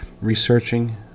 researching